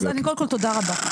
תודה רבה.